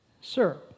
Sir